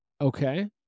Okay